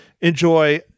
enjoy